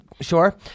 sure